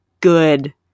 good